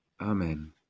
Amen